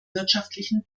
wirtschaftlichen